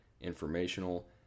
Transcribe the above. informational